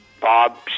Bob